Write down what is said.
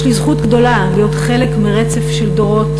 יש לי זכות גדולה להיות חלק מרצף של דורות